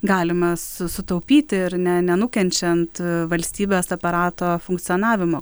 galime su sutaupyti ir ne nenukenčiant valstybės aparato funkcionavimo